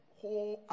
whole